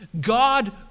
God